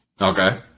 Okay